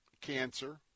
cancer